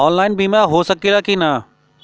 Online बीमा हो सकेला की ना?